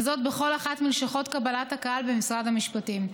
וזאת בכל אחת מלשכות קבלת הקהל במשרד המשפטים.